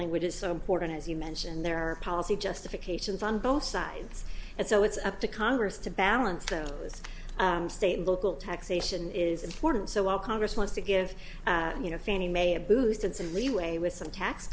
language is so important as you mentioned there are policy justifications on both sides and so it's up to congress to balance those state and local taxation is important so while congress wants to give you know fannie mae a boost and some leeway with some tax